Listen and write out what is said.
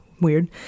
weird